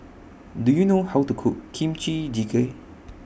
Do YOU know How to Cook Kimchi Jjigae